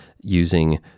using